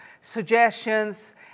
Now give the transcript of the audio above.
suggestions